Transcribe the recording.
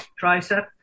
tricep